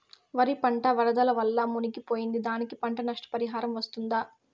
వరి పంట వరదల వల్ల మునిగి పోయింది, దానికి పంట నష్ట పరిహారం వస్తుందా?